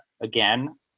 Again